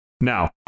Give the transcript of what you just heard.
Now